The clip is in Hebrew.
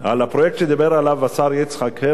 בפרויקט שדיבר עליו יצחק הרצוג,